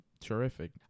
terrific